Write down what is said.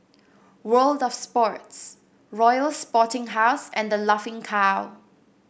World Of Sports Royal Sporting House and The Laughing Cow